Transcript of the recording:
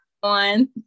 One